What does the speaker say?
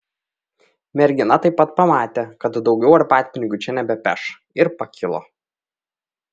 mergina taip pat pamatė kad daugiau arbatpinigių čia nebepeš ir pakilo